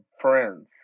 friends